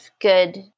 good